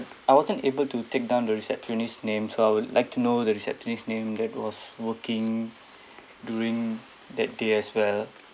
I wasn't able to take down the receptionist's name so I would like to know the receptionist's name that was working during that day as well